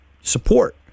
support